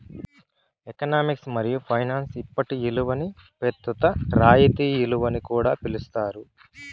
economics మరియు finance ఇప్పటి ఇలువని పెస్తుత రాయితీ ఇలువని కూడా పిలిస్తారు